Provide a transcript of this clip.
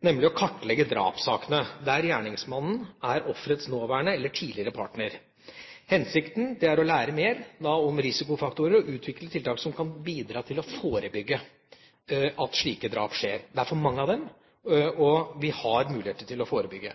nemlig å kartlegge drapssaker der gjerningsmannen er offerets nåværende eller tidligere partner. Hensikten er å lære mer om risikofaktorer og utvikle tiltak som kan bidra til å forebygge slike drap. Det er for mange av dem, og vi har muligheter til å forebygge.